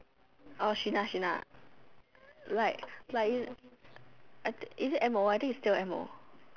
orh Sheena Sheena like like you I think is it M O I think is still M O